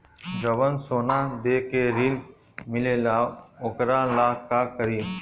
जवन सोना दे के ऋण मिलेला वोकरा ला का करी?